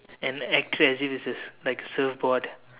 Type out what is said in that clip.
and acted as if it is like a surfboard